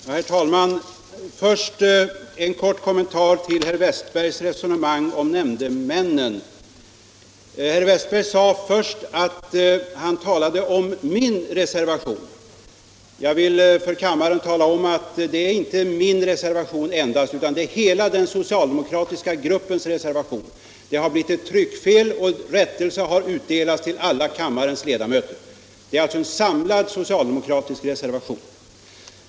Herr talman! Till att börja med en kort kommentar till herr Westbergs resonemang om nämndemännen. Herr Westberg sade för det första att jag var ensam reservant, att det var min reservation. Jag vill då för kammaren tala om att det inte är endast min reservation utan att det är hela den socialdemokratiska gruppens reservation. Det har råkat bli ett tryckfel, men rättelse har utdelats till alla kammarens ledamöter. Det är alltså en samlad socialdemokratisk reservation.